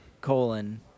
colon